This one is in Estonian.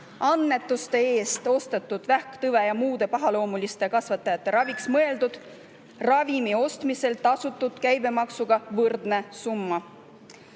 annetuste eest ostetud, vähktõve ja muude pahaloomuliste kasvajate raviks mõeldud ravimite ostmisel tasutud käibemaksuga võrdne summa.